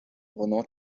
воно